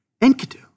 Enkidu